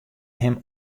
him